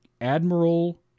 Admiral